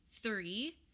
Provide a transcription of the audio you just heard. Three